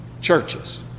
churches